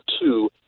two